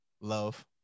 love